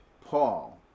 Paul